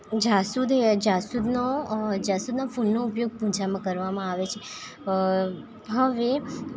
જાસૂદએ જાસૂદનો જાસૂદના ફૂલનો ઉપયોગ પૂજામાં કરવામાં આવે છે હવે